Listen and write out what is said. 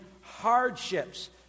hardships